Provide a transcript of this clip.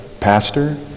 pastor